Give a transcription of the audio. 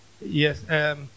Yes